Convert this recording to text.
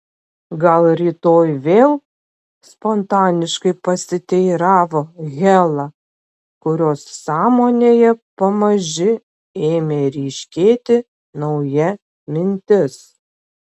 gal rytoj vėl spontaniškai pasiteiravo hela kurios sąmonėje pamaži ėmė ryškėti nauja mintis